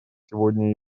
сегодня